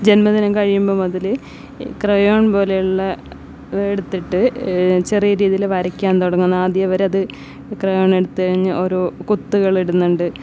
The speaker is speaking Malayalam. ജന്മദിനം കഴിയുമ്പോൾ മുതൽ ക്രയോൺ പോലെയുള്ള എടുത്തിട്ട് ചെറിയ രീതിയിൽ വരയ്ക്കാൻ തുടങ്ങുന്ന ആദ്യ അവരത് ക്രയോണെടുത്തു കഴിഞ്ഞ് ഓരോ കുത്തുകൾ ഇടുന്നുണ്ട്